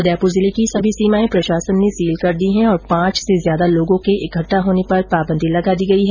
उदयपुर जिले की सभी सीमाएं प्रशासन ने सील कर दी है और पांच से ज्यादा लोगों के इकट्ठा होने पर पाबंदी लगा दी गई है